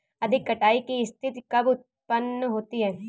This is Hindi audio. अधिक कटाई की स्थिति कब उतपन्न होती है?